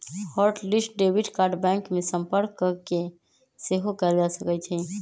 hot list debit card bank में संपर्क कऽके सेहो कएल जा सकइ छै